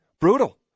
Brutal